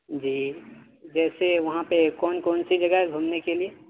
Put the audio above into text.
جی جیسے وہاں پہ کون کون سی جگہ ہے گھومنے کے لیے